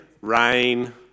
rain